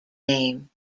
name